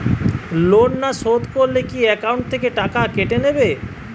Loan না শোধ করলে কি একাউন্ট থেকে টাকা কেটে নেবে?